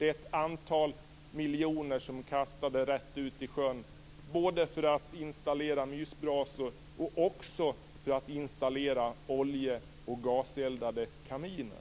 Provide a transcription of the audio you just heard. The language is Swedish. Ett antal miljoner har kastats rätt ut i sjön, både för att installera mysbrasor och för att installera olje och gaseldade kaminer.